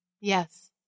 Yes